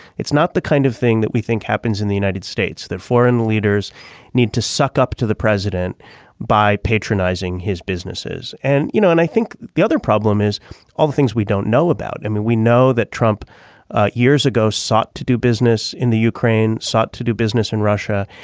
it's not the kind of thing that we think happens in the united states that foreign leaders need to suck up to the president by patronizing his businesses. and you know and i think the other problem is all the things we don't know about. i mean we know that trump years ago sought to do business in the ukraine sought to do business in russia.